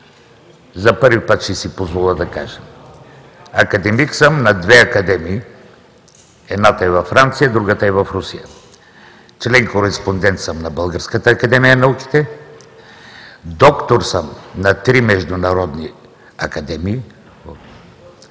за първи път ще си позволя да кажа: академик съм на две академии – едната е във Франция, другата е в Русия. Член-кореспондент съм на Българската академия на науките, доктор съм на три международни академии,